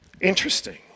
Interesting